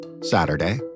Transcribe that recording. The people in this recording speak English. Saturday